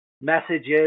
messages